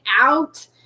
out